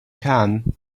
can